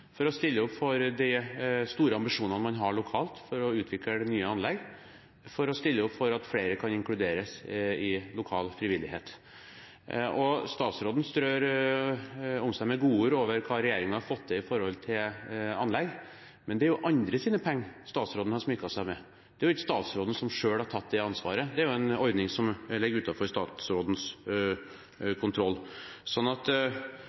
for å stille opp for de store ambisjonene man har lokalt, for å utvikle nye anlegg, for å stille opp for at flere kan inkluderes i lokal frivillighet. Statsråden strør om seg med godord om hva regjeringen har fått til når det gjelder anlegg, men det er jo andres penger som statsråden har smykket seg med. Det er jo ikke statsråden selv som har tatt det ansvaret. Det er en ordning som ligger utenfor statsrådens